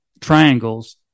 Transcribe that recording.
Triangles